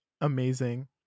amazing